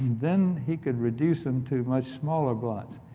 then he could reduce them to much smaller blots.